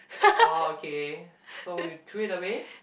oh okay so you threw it away